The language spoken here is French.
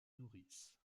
nourrissent